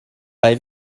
bei